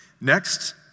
Next